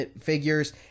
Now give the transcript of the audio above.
figures